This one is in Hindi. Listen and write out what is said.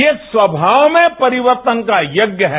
ये स्वभाव में परिवर्तन का यज्ञ है